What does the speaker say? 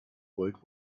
wollt